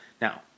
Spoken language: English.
Now